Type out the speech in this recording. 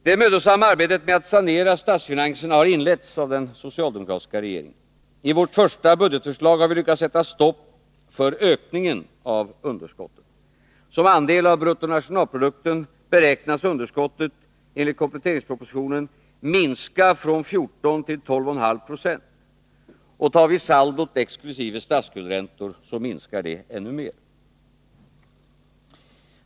Det mödosamma arbetet med att sanera statsfinanserna har inletts av den socialdemokratiska regeringen. I vårt första budgetförslag har vi lyckats sätta stopp för ökningen av budgetunderskottet. Som andel av bruttonationalprodukten beräknas underskottet enligt kompletteringspropositionen minska från 14 till 12,5 20, och tar vi saldot exkl. statsskuldräntor minskar det ännu mer.